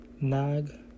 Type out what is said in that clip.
Nag